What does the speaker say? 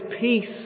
peace